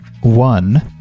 one